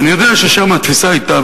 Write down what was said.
ואני יודע ששם התפיסה היתה,